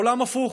עולם הפוך.